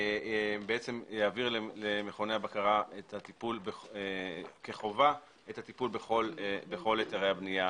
יעביר למכוני הבקרה את הטיפול כחובה בכל היתרי הבנייה